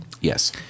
yes